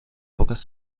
pocas